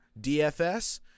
DFS